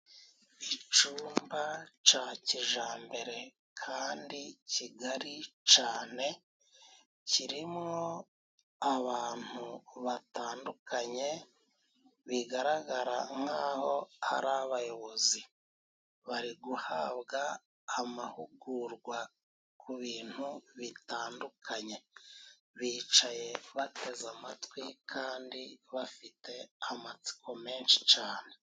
Icumba ca kijambere kandi kigari cane kirimwo abantu batandukanye bigaragara nk'aho ari abayobozi, bari guhabwa amahugurwa ku bintu bitandukanye, bicaye bateze amatwi kandi bafite amatsiko menshi cane.